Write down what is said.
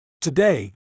Today